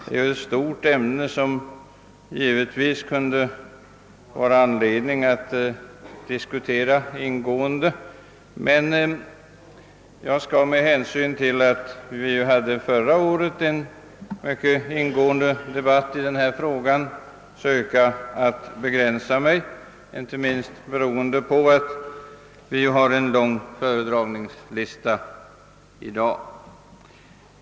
Det är ett stort ämne som givetvis kunde ge anledning till ingående diskussion, men med hänsyn till att vi förra året hade en mycket ingående debatt i denna fråga och till att vi i dag har en lång föredragningslista skall jag söka begränsa mig.